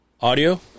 audio